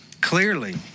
Clearly